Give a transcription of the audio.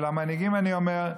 למנהיגים אני אומר: